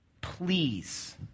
please